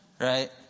right